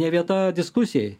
ne vieta diskusijai